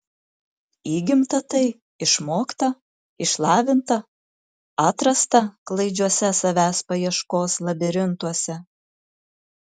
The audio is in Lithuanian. įgimta tai išmokta išlavinta atrasta klaidžiuose savęs paieškos labirintuose